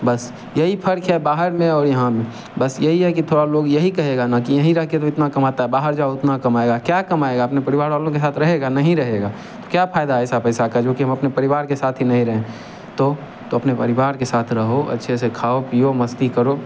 बस यही फर्क है बाहर में और यहाँ में बस यही है कि थोड़ा लोग यही कहेगा ना कि यहीं रह के भी इतना कमाता बाहर जाओ इतना कमाया क्या कमाया अपने परिवार वालों के साथ रहेगा नहीं रहेगा तो क्या फायदा ऐसा पैसा का जो कि हम अपने परिवार के साथ ही नहीं रहे तो तो अपने परिवार के साथ रहो अच्छे से खाओ पीयो मस्ती करो